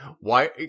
why-